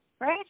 right